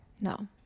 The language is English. No